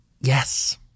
Yes